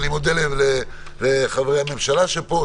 ואני מודה לחברי הממשלה שפה,